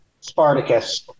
Spartacus